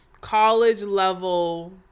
college-level